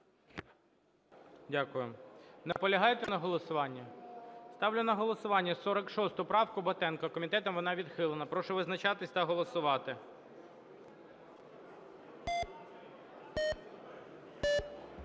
Дякую. Наполягаєте на голосуванні? Ставлю на голосування 46 правку Батенка, комітетом вона відхилена. Прошу визначатись та голосувати.